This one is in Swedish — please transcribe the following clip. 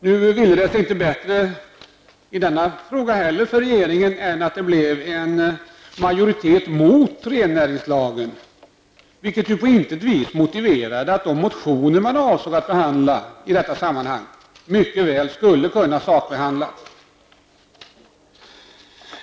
Nu ville det sig inte bättre i denna fråga heller för regeringen än att det blev en majoritet mot rennäringslagen, vilket dock på intet vis hindrade att de motioner som man avsåg att behandla i detta sammahang mycket väl hade kunnat sakbehandlas.